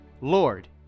Lord